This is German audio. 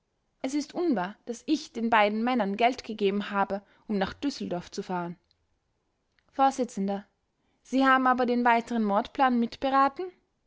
es ist unwahr daß ich den beiden männern geld gegeben habe um nach düsseldorf zu fahren vors sie haben aber den weiteren mordplan mitberaten